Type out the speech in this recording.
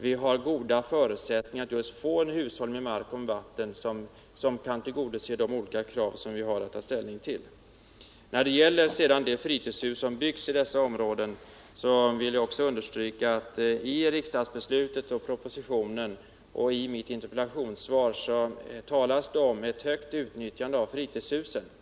Vi har goda förutsättningar för att just få en hushållning med mark och vatten som kan tillgodose de olika krav som vi har att ta ställning till. När det gäller de fritidshus som byggs i dessa områden vill jag understryka att det i propositionen, riksdagsbeslutet och i mitt interpellationssvar talas som ett ökat utnyttjande av fritidshusen.